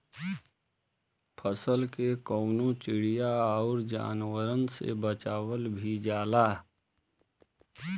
फसल के कउनो चिड़िया आउर जानवरन से बचावल भी जाला